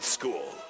school